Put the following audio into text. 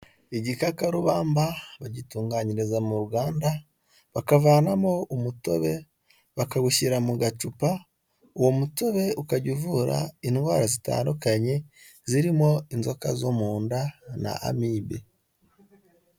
Igikakarubamba bagitunganyiriza mu ruganda bakavanamo umutobe bakawushyira mu gacupa, uwo mutobe ukajya uvura indwara zitandukanye zirimo inzoka zo mu nda na amibe.